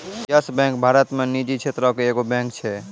yes Bank Bharat मे निजी क्षेत्रो के एगो बैंक छै